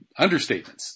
understatements